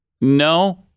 No